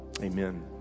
Amen